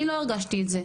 אני לא הרגשתי את זה.